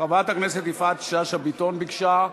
יפעת שאשא ביטון ביקשה,